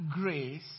grace